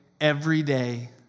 everyday